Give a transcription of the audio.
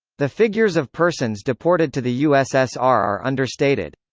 the figures of persons deported to the ussr are understated.